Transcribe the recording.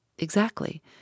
Exactly